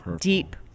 deep